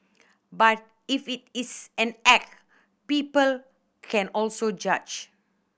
but if it its an act people can also judge